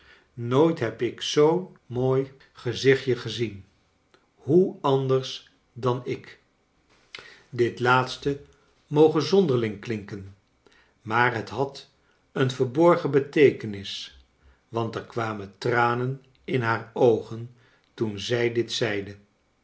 nooit heb ik zoo'n mooi gezichtje gezien hoe anders dan ik i dit laatste moge zonderling klinken maar het had een verborgen beteekenis want er kwamen tranen in haar oogen toen zij dit zeide